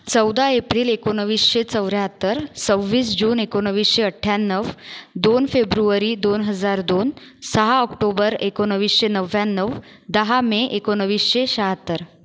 चौदा एप्रिल एकोणवीसशे चौऱ्याहत्तर सव्वीस जून एकोणवीसशे अठ्ठ्याण्णव दोन फेब्रुवारी दोन हजार दोन सहा ऑक्टोम्बर एकोणवीसशे नव्याण्णव दहा मे एकोणवीसशे शहात्तर